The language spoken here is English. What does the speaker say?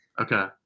Okay